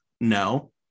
No